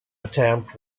attempt